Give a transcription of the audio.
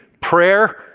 prayer